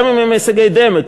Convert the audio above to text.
גם אם הישגי דמה,